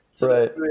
right